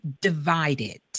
divided